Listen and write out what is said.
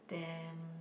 then